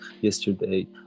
yesterday